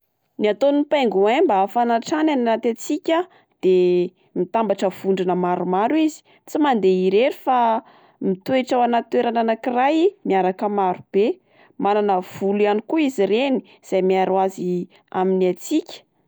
Ny ataon'ny pingouins mba hafana atrany any anaty hatsiaka de mitambatra vondrona maromaro tsy mandeha irery fa mitoetra ao anaty toerana anak'iray miaraka maro be, manana volo ihany koa izy ireny izay miharo azy amin'ny hatsiaka.